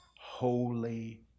holy